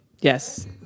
Yes